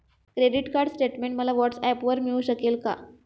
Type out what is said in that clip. Credit card statement मला व्हॉट्सऍपवर मिळू शकेल का?